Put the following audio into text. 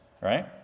right